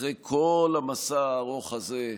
אחרי כל המסע הארוך הזה,